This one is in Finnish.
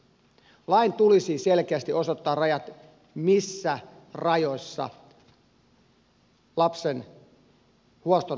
lain tulisi selkeästi osoittaa missä rajoissa lapsen huostaanottoasioita voidaan käydä